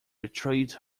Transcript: betrayed